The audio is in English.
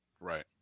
right